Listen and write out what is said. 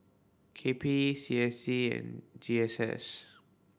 K P E C S C and G S S